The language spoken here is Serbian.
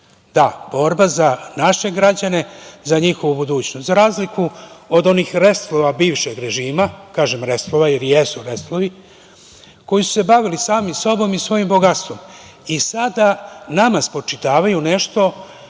Da, borba za naše građane, za njihovu budućnost. Za razliku od onih restlova bivšeg režima, kažem restlova, jer jesu restlovi koji su se bavili sami sobom i svojim bogatstvom i sada nama spočitavaju nešto